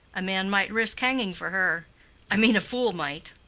a man might risk hanging for her i mean a fool might.